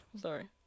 sorry